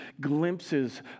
glimpses